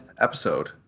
episode